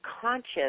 conscious